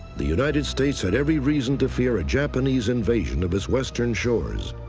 the united states had every reason to fear a japanese invasion of it's western shores.